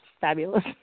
fabulous